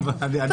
בחוץ,